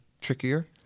trickier